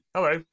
Hello